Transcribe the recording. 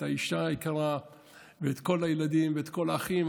את האישה היקרה ואת כל הילדים ואת כל האחים,